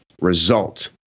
result